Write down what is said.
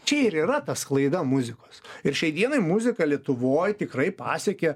čia ir yra ta sklaida muzikos ir šiai dienai muzika lietuvoj tikrai pasiekė